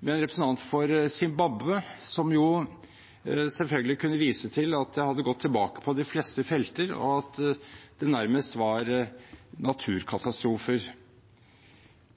med en representant for Zimbabwe, som selvfølgelig kunne vise til at det hadde gått tilbake på de fleste felt, og at det nærmest var naturkatastrofer.